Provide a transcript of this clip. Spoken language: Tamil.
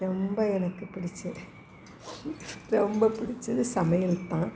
ரொம்ப எனக்கு பிடிச்சது ரொம்ப பிடிச்சது சமையல் தான்